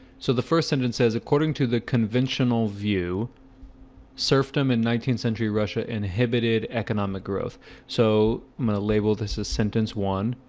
so the first sentence says according to the conventional view serfdom in nineteenth century russia inhibited economic growth so i'm gonna label this is sentence one.